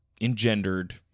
engendered